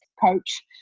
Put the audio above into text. coach